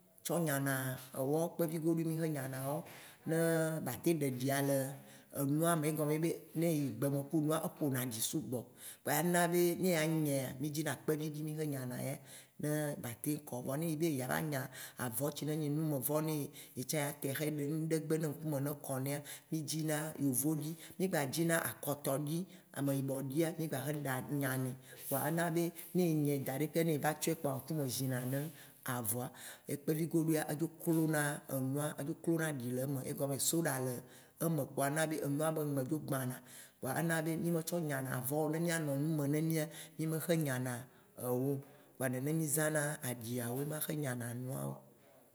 Tsɔ nyana ewɔ, kpevigoɖoe mì xɔ nyana wɔ ne batem ɖe ɖia le enuame, egɔme ye nye be, ne eyi gbe me ku nua, eƒonaɖi sugbɔ, kpoa ya na be ne ebe ne yea nyɛa, mì dzina kpeviɖi mì xɔ nyana ya ne batem kɔ, vɔ nenyi be edzava nya ci ne nye numevɔ ne ye, ye tsã yea tae ahayi ɖe ŋɖegbe ne ŋkume ne kɔ nɛa, mì dzina yovoɖi, mì gba dzina akɔtɔɖi, ameyibɔɖia mì gba xe nyanɛ. Kpoa ena be ne enyaɛ daɖi keŋ ne eva tsɔɛ kpoa, ŋkume zina ne avɔa. Ye kpevigoɖoa edzo klona enua, edzo klona aɖi le eme, egɔme ye be soɖa le eme kpoa ena be enua be ŋme dzo gbãna kpoa ena be mì me tsɔ nyana avɔwo ne mìa nɔ nu me ne mìa, mì me xe nyana ewo. kpoa nene mì zãna aɖiawo ma xe nyana nuawo.